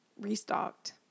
restocked